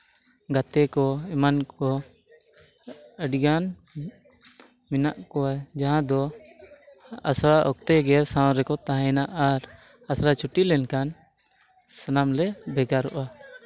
ᱜᱟᱛᱮ ᱠᱚ ᱮᱢᱟᱱ ᱠᱚ ᱟᱹᱰᱤᱜᱟᱱ ᱢᱮᱱᱟᱜ ᱠᱚᱣᱟ ᱡᱟᱦᱟᱸ ᱫᱚ ᱟᱥᱲᱟ ᱚᱠᱛᱮ ᱥᱟᱶ ᱨᱮᱜᱮ ᱠᱚ ᱛᱟᱦᱮᱱᱟ ᱟᱨ ᱟᱥᱲᱟ ᱪᱷᱩᱴᱤ ᱞᱮᱱᱠᱷᱟᱱ ᱥᱟᱱᱟᱢ ᱞᱮ ᱵᱷᱮᱜᱟᱨᱚᱜᱼᱟ